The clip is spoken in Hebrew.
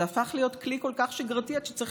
זה הפך להיות כלי כל כך שגרתי עד שצריך